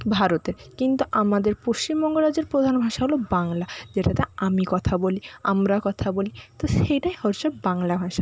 ভারতের কিন্তু আমাদের পশ্চিমবঙ্গ রাজ্যের প্রধান ভাষা হলো বাংলা যেটাতে আমি কথা বলি আমরা কথা বলি তো সেইটাই হচ্ছে বাংলা ভাষা